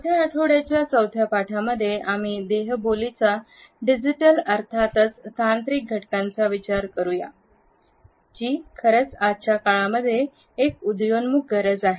चौथ्या आठवड्याच्या चौथ्या पाठांमध्ये आम्ही देहबोलीचा डिजिटल अर्थातच तांत्रिक घटकांचा विचार करूया जी आजच्या काळामध्ये एक उदयोन्मुख गरज आहे